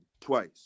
Twice